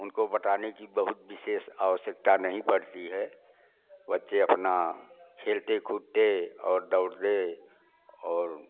उनको बताने की बहुत विशेष आवश्यकता नहीं पड़ती है बच्चे अपना खेलते कूदते और दौड़ते और